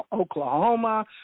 Oklahoma